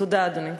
תודה, אדוני.